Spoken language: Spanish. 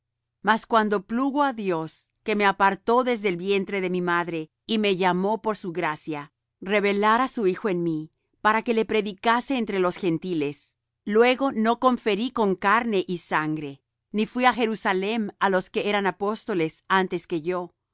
mas cuando plugo á dios que me apartó desde el vientre de mi madre y me llamó por su gracia revelar á su hijo en mí para que le predicase entre los gentiles luego no conferí con carne y sangre ni fuí á jerusalem á los que eran apóstoles antes que yo